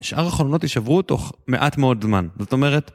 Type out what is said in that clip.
שאר החולנות יישברו תוך מעט מאוד זמן, זאת אומרת...